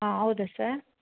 ಹಾಂ ಹೌದ ಸರ್